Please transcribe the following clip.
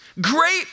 Great